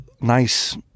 nice